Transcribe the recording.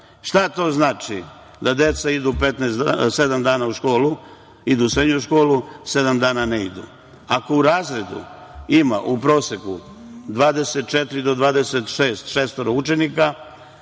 Šta to znači da deca idu sedam dana u školu, idu u srednju školu, a sedam dana ne idu. Ako u razredu ima u proseku 24 do 26 učenika